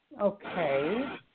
Okay